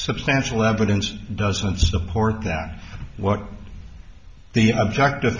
substantial evidence doesn't support that what the object